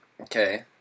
Okay